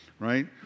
right